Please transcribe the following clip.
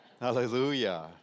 Hallelujah